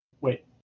Wait